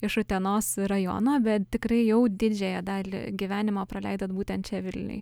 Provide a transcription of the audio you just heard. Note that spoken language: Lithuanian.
iš utenos rajono bet tikrai jau didžiąją dalį gyvenimo praleidot būtent čia vilniuj